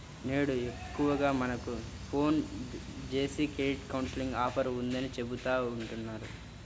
నేడు ఎక్కువగా మనకు ఫోన్ జేసి క్రెడిట్ కౌన్సిలింగ్ ఆఫర్ ఉందని చెబుతా ఉంటన్నారు